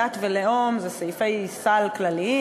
דת ולאום זה סעיפי סל כלליים,